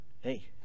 Hey